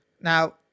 now